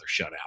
shutout